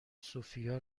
سوفیا